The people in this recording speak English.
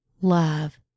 love